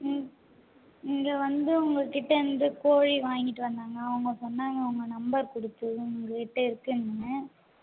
ம் இங்கே வந்து உங்கள் கிட்ட இருந்து கோழி வாங்கிட்டு வந்தாங்க அவங்க சொன்னாங்க உங்கள் நம்பர் கொடுத்து உங்கள் கிட்ட இருக்குன்னு